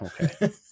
Okay